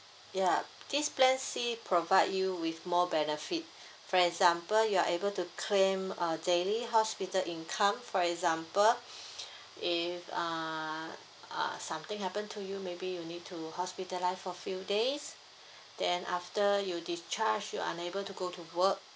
yup this plan C provide you with more benefit for example you are able to claim a daily hospital income for example if uh uh something happen to you maybe you need to hospitalise for few days then after you discharge you unable to go to work